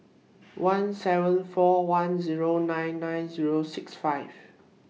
one seven four one Zero nine nine Zero six five